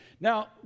Now